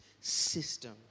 System